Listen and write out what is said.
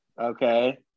Okay